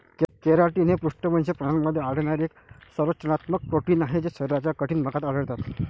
keratin हे पृष्ठवंशी प्राण्यांमध्ये आढळणारे एक संरचनात्मक प्रोटीन आहे जे शरीराच्या कठीण भागात आढळतात